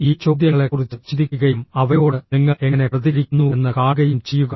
ഈ ചോദ്യങ്ങളെക്കുറിച്ച് ചിന്തിക്കുകയും അവയോട് നിങ്ങൾ എങ്ങനെ പ്രതികരിക്കുന്നുവെന്ന് കാണുകയും ചെയ്യുക